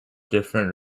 different